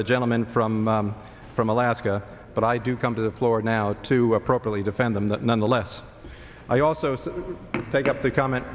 the gentleman from from alaska but i do come to the floor now to properly defend them nonetheless i also take up the comment